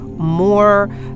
more